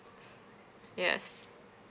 yes